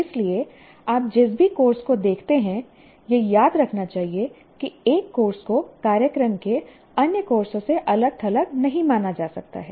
इसलिए आप जिस भी कोर्स को देखते हैं यह याद रखना चाहिए कि एक कोर्स को कार्यक्रम के अन्य कोर्सों से अलग थलग नहीं माना जा सकता है